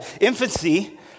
Infancy